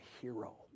hero